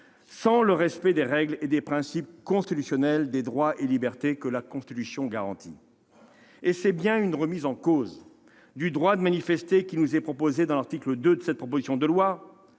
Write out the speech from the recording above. dans le respect des règles et principes constitutionnels, des droits et libertés que la Constitution garantit. Et c'est bien une remise en cause du droit de manifester qui nous est proposée dans l'article 2 de cette proposition de loi.